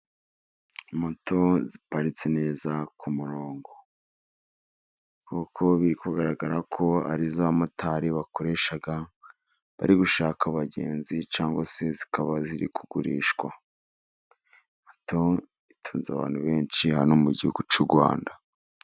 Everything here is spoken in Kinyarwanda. Moto ziparitse neza ku murongo, kuko biri kugaragara ko ari izo abamotari bakoresha bari gushaka abagenzi, cyangwa se zikaba ziri kugurishwa, hatunze abantu benshi hano mu gihugu cy'u Rwanda.